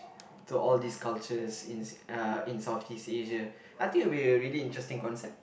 to all these culture in uh in Southeast Asia I think it would be a really interesting concept